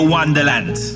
Wonderland